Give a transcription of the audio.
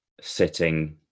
sitting